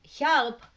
help